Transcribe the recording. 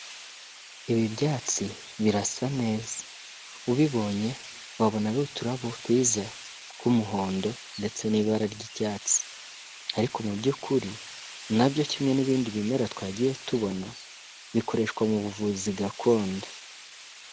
Ibi byatsi birasa neza, ubibonye wabona ari uturabo twiza tw'umuhondo ndetse n'ibara ry'icyatsi ariko mu by'ukuri na byo kimwe n'ibindi bimera twagiye tubona bikoreshwa mu buvuzi gakondo.